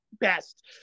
best